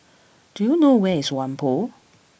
do you know where is Whampoa